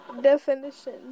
definition